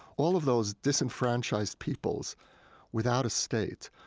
all of those disenfranchised peoples without a state,